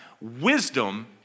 wisdom